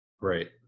Right